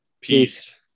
Peace